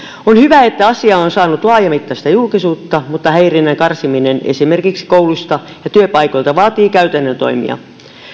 on hyvä että asia on saanut laajamittaista julkisuutta mutta häirinnän karsiminen esimerkiksi kouluista ja työpaikoilta vaatii käytännön toimia